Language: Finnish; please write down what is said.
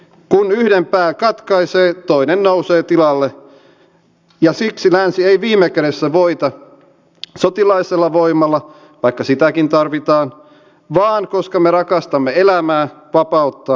kun yhden pään katkaisee toinen nousee tilalle ja siksi länsi ei viime kädessä voita sotilaallisella voimalla vaikka sitäkin tarvitaan vaan koska me rakastamme elämää vapautta ja hyvyyttä